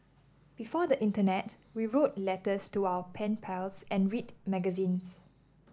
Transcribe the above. before the internet we wrote letters to our pen pals and read magazines